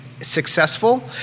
successful